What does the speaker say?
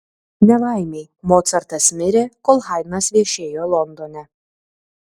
nelaimei mocartas mirė kol haidnas viešėjo londone